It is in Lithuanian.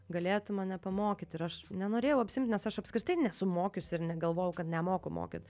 galėtų mane pamokyti ir aš nenorėjau apsiimt nes aš apskritai nesu mokiusi ir negalvojau kad nemoku mokyt